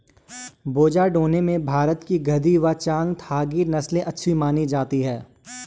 बोझा ढोने में भारत की गद्दी व चांगथागी नस्ले अच्छी मानी जाती हैं